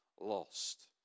lost